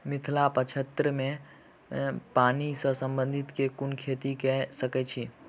मिथिला प्रक्षेत्र मे पानि सऽ संबंधित केँ कुन खेती कऽ सकै छी?